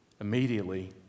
Immediately